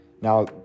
Now